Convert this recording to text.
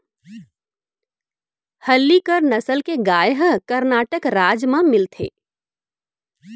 हल्लीकर नसल के गाय ह करनाटक राज म मिलथे